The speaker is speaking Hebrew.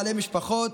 בעלי משפחה,